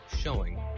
showing